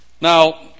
Now